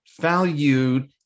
valued